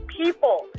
people